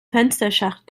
fensterschacht